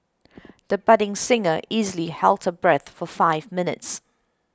the budding singer easily held her breath for five minutes